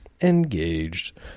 Engaged